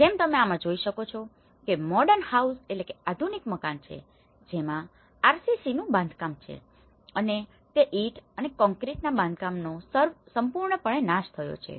જેમ તમે આમાં જોઈ શકો છો કે તે મોડર્ન હાઉસmodern houseઆધુનિક મકાન છે જેમાં RCCનુ બાંધકામ છે અને તે ઇંટ અને કોંક્રિટના બાંધકામનો સંપૂર્ણપણે નાશ થયો છે